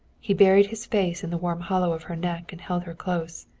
he buried his face in the warm hollow of her neck and held her close.